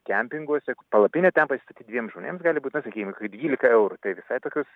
kempinguose palapinę ten pasistatyt dviem žmonėms gali būti na sakykim koki dvylika eurų tai visai tokios